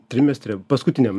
trimestre paskutiniam